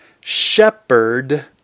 Shepherd